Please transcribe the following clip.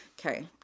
Okay